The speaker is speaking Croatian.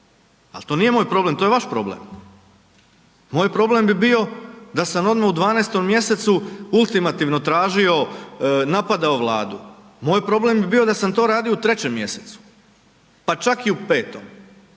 Ali to nije moj problem, to je vaš problem. Moj problem bi bio da sam odmah u 12. mj. ultimativno tražio, napadao Vladu. Moj problem bi bio da sam to radio u 3. mj. pa čak i u 5.